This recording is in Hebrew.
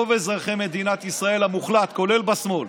רוב אזרחי מדינת ישראל המוחלט, כולל בשמאל,